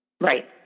right